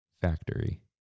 factory